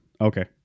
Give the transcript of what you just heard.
Okay